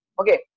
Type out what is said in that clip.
Okay